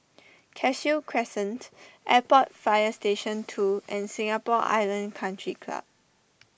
Cashew Crescent Airport Fire Station two and Singapore Island Country Club